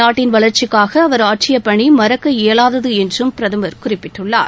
நாட்டின் வளர்ச்சிக்காக அவர் ஆற்றிய பணி மறக்க இயலாதது என்றும் பிரதமர் குறிப்பிட்டுள்ளார்